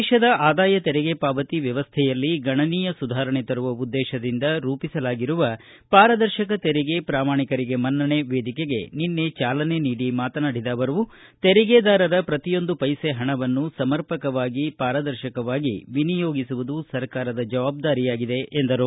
ದೇಶದ ಆದಾಯ ತೆರಿಗೆ ಪಾವತಿ ವ್ಯವಸ್ಥೆಯಲ್ಲಿ ಗಣನೀಯ ಸುಧಾರಣೆ ತರುವ ಉದ್ದೇಶದಿಂದ ರೂಪಿಸಲಾಗಿರುವ ಪಾರದರ್ಶಕ ತೆರಿಗೆ ಪ್ರಾಮಾಣಿಕರಿಗೆ ಮನ್ನಣೆ ವೇದಿಕೆಗೆ ನಿನ್ನೆ ಚಾಲನೆ ನೀಡಿ ಮಾತನಾಡಿದ ಅವರು ತೆರಿಗೆದಾರರ ಪ್ರತಿಯೊಂದು ಪೈಸೆ ಹಣವನ್ನು ಸಮರ್ಪಕವಾಗಿ ಪಾರದರ್ಶಕವಾಗಿ ವಿನಿಯೋಗಿಸುವುದು ಸರ್ಕಾರದ ಜವಾಬ್ದಾರಿಯಾಗಿದೆ ಎಂದರು